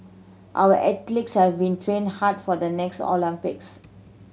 our athletes have been train hard for the next Olympics